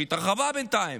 שהתרחבה בינתיים,